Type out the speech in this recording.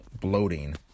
bloating